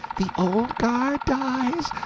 the old guard dies,